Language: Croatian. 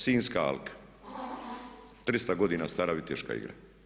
Sinjska alka, 300 godina stara viteška igra.